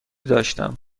داشتم